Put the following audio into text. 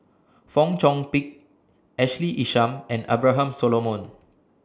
Fong Chong Pik Ashley Isham and Abraham Solomon